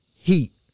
Heat